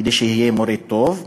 כדי שיהיה מורה טוב,